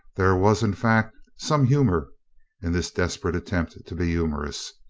there was, in fact, some humor in this desperate attempt to be humorous.